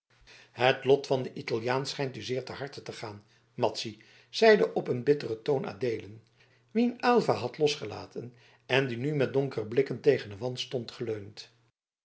het lot van dien italiaan schijnt u zeer ter harte te gaan madzy zeide op een bitteren toon adeelen wien aylva had losgelaten en die nu met donkere blikken tegen den wand stond